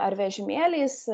ar vežimėliais